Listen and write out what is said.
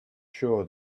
sure